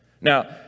Now